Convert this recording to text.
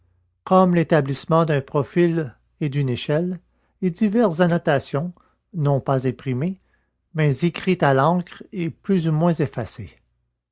comme l'établissement d'un profil et d'une échelle et diverses annotations non pas imprimées mais écrites à l'encre et plus ou moins effacées